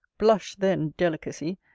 blush, then, delicacy,